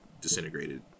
disintegrated